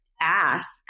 ask